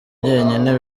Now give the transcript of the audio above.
njyenyine